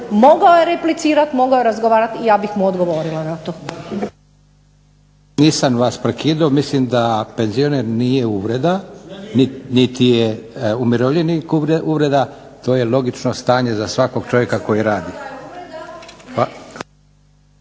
mogao je replicirat, mogao je razgovarat, ja bih mu odgovorila na to. **Leko, Josip (SDP)** Nisam vas prekidao, mislim da penzioner nije uvreda niti je umirovljenik uvreda, to je logično stanje za svakog čovjeka koji radi.